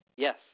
Yes